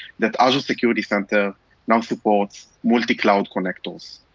that azure security center now supports multi-cloud connectors.